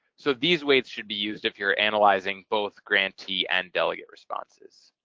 so these weights should be used if you're analyzing both grantee and delegate responses.